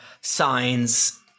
signs